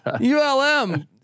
ULM